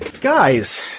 Guys